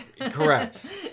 Correct